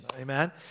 amen